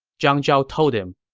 zhang zhao told him,